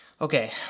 Okay